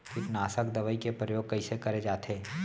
कीटनाशक दवई के प्रयोग कइसे करे जाथे?